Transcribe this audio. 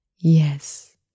Yes